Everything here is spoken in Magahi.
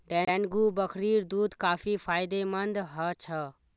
डेंगू बकरीर दूध काफी फायदेमंद ह छ